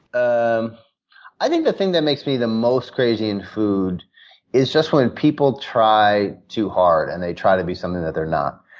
ah um i think the thing that makes me the most crazy in food is just people try too hard and they try to be something that they're not.